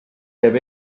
käib